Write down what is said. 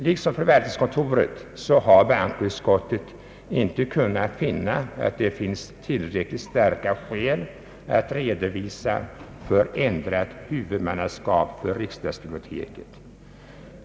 Liksom förvaltningskontoret har bankoutskottet inte kunnat finna tillräckligt starka skäl att redovisa för ett ändrat huvudmannaskap för riksdagsbiblioteket.